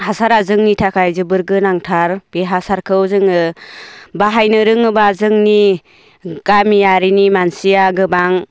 हासारा जोंनि थाखाय जोबोद गोनांथार बे हासारखौ जोङो बाहायनो रोङोबा जोंनि गामियारिनि मानसिया गोबां